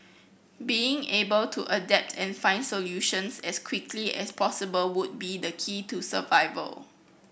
being able to adapt and find solutions as quickly as possible would be the key to survival